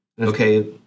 Okay